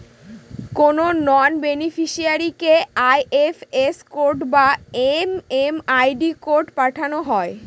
কোনো নন বেনিফিসিরইকে IFS code বা এম.এম.আই.ডি কোড পাঠানো হয়